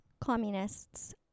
communists